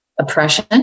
oppression